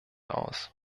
aus